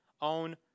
own